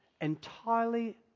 entirely